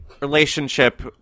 relationship